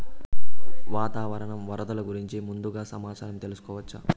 వాతావరణం వరదలు గురించి ముందుగా సమాచారం తెలుసుకోవచ్చా?